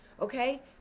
Okay